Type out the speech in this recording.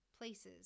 places